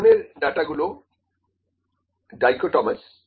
এই ধরনের ডাটাগুলো ডাইকটমাস